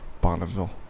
Bonneville